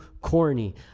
corny